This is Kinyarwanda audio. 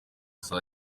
saa